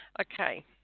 okay